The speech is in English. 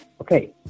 Okay